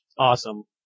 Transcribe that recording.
Awesome